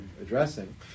addressing